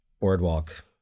boardwalk